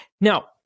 Now